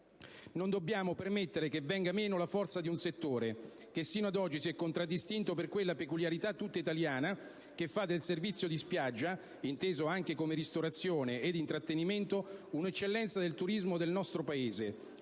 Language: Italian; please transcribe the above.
Non dobbiamo permettere che venga meno la forza di un settore che sino ad oggi si è contraddistinto per quella peculiarità tutta italiana che fa del servizio in spiaggia, inteso anche come ristorazione ed intrattenimento, una eccellenza del turismo del nostro Paese.